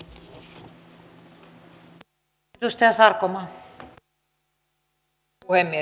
arvoisa puhemies